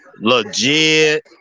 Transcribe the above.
Legit